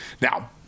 Now